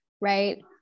right